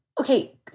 Okay